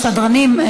הסדרנים.